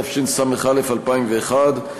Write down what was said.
התשס"א 2001,